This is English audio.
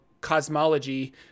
cosmology